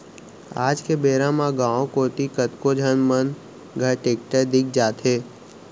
आज के बेरा म गॉंव कोती कतको झन मन घर टेक्टर दिख जाथे